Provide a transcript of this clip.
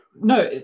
No